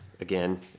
again